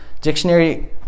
Dictionary